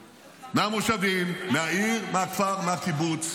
מהמושבים, מהכפר, מהקיבוץ.